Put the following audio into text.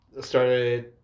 started